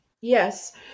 Yes